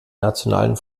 nationalen